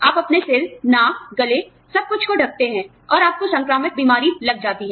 आप अपने सिर नाक गले सब कुछ को ढकते हैं और आपको संक्रामक बीमारीलग जाती है